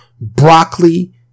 broccoli